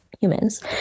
humans